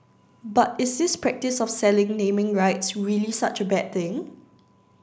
but is this practice of selling naming rights really such a bad thing